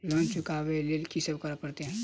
Loan चुका ब लैल की सब करऽ पड़तै?